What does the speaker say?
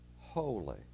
holy